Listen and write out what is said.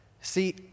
See